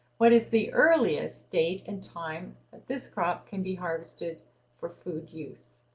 what is the earliest date and time that this crop can be harvested for food use?